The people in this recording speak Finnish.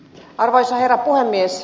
arvoisa herra puhemies